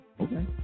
Okay